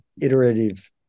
iterative